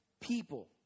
people